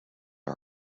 are